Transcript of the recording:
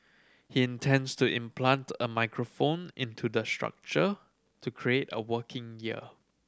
he intends to implant a microphone into the structure to create a working ear